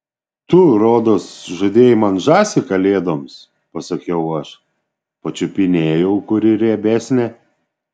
tu rodos žadėjai man žąsį kalėdoms pasakiau aš pačiupinėjau kuri riebesnė